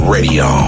Radio